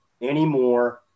anymore